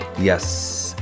Yes